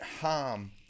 harm